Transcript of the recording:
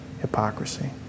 hypocrisy